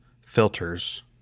Filters